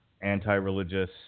anti-religious